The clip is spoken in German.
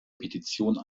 petition